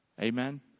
Amen